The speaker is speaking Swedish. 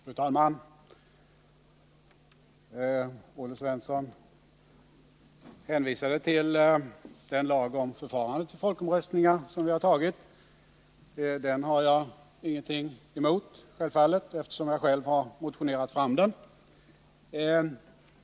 Fru talman! Olle Svensson hänvisade till den lag om förfarandet vid folkomröstning som vi beslutat om. Den har jag självfallet ingenting emot, eftersom jag själv motionerat fram den.